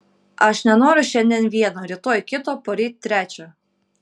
aš nenoriu šiandien vieno rytoj kito poryt trečio